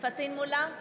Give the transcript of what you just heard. פטין מולא,